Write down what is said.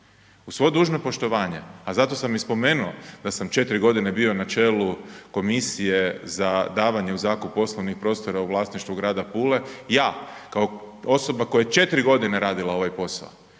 Uz svo dužno poštovanje a zato sam i spomenuo da sam 4 godine bio na čelu Komisije za davanje u zakup prostornih prostora u vlasništvu grada Pule, ja kao osoba koja je 4 godine radila ovaj posao,